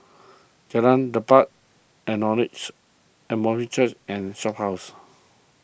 Jalan Lepas Apostolic Church and Shophouse